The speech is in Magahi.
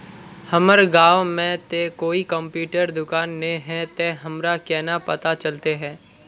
हमर गाँव में ते कोई कंप्यूटर दुकान ने है ते हमरा केना पता चलते है?